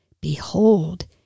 Behold